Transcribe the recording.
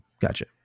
Gotcha